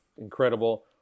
incredible